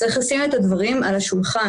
אז צריך לשים את הדברים על השולחן.